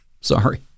Sorry